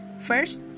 First